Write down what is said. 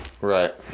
Right